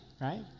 right